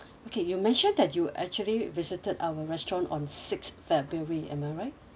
okay you mentioned that you actually visited our restaurant on six february am I right